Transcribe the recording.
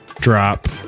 drop